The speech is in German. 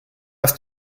ist